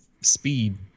speed